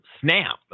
snap